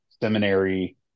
seminary